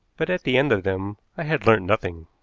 but at the end of them i had learnt nothing.